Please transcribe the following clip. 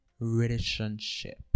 relationship